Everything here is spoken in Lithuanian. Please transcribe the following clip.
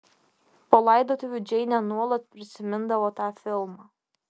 po laidotuvių džeinė nuolat prisimindavo tą filmą